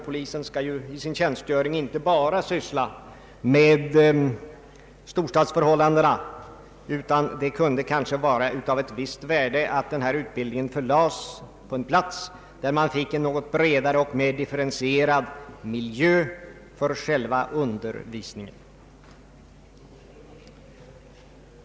Polisen skall ju i sin tjänstgöring inte bara syssla med storstadsförhållanden. Det kunde därför kanske vara av ett visst värde att denna utbildning förlades till en plats där man fick en något bredare och mer differentierad miljö för själva undervisningen.